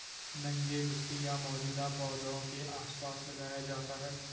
नंगे मिट्टी या मौजूदा पौधों के आसपास लगाया जाता है